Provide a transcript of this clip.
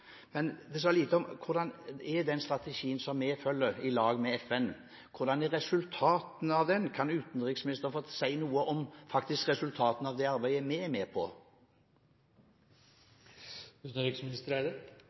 men det ble sagt lite om hvordan resultatene av den strategien vi følger, sammen med FN, er. Kan utenriksministeren si noe om resultatene av det arbeidet vi er med